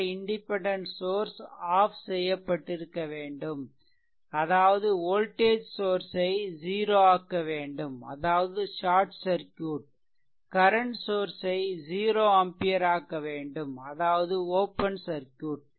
மற்ற independent source off செய்யப்பட்டிருக்க வேண்டும் அதாவது வோல்டேஜ் சோர்ஸ் ஐ 0 ஆக்க வேண்டும் அதாவது ஷார்ட் சர்க்யூட் கரன்ட் சோர்ஸ் ஐ 0 ஆம்பியர் ஆக்க வேண்டும் அதாவது ஓப்பன் சர்க்யூட்